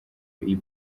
iyi